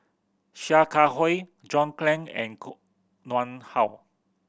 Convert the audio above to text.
Sia Kah Hui John Clang and Koh Nguang How